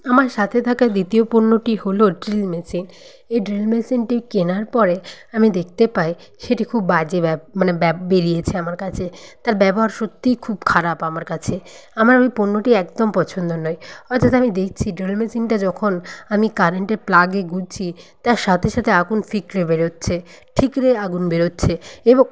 আমার সাথে থাকা দ্বিতীয় পণ্যটি হলো ড্রিল মেশিন এই ড্রিল মেশিনটি কেনার পরে আমি দেখতে পাই সেটি খুব বাজে ব্যব মানে বেরিয়েছে আমার কাছে তার ব্যবহার সত্যিই খুব খারাপ আমার কাছে আমার ঐ পণ্যটি একদম পছন্দ নয় অথচ আমি দেখছি ড্রিল মেশিনটা যখন আমি কারেন্টে প্লাগে গুঁজচ্ছি তার সাথে সাথে আগুন ফিকরে বেরোচ্ছে ঠিকরে আগুন বেরোচ্ছে এবং